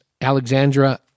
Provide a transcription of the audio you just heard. Alexandra